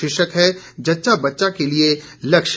शीर्षक है जच्चा बच्चा के लिये लक्ष्य